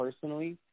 personally